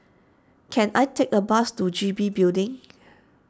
can I take a bus to G B Building